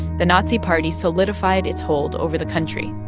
the nazi party solidified its hold over the country.